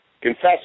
Confess